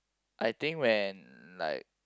I think when like